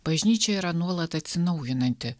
bažnyčia yra nuolat atsinaujinanti